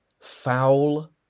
foul